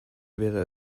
wäre